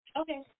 Okay